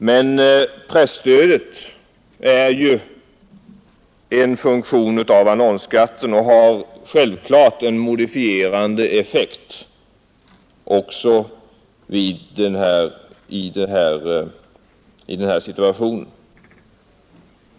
Men presstödet bör ses i samband med annonsskatten, och det har självfallet en starkt modifierande effekt också i denna situation. Det vill vi dessutom öka.